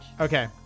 Okay